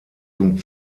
zum